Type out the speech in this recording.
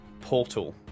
portal